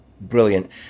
brilliant